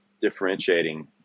differentiating